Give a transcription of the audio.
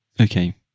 Okay